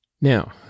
Now